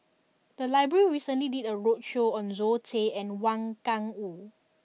the library recently did a roadshow on Zoe Tay and Wang Gungwu